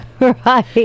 Right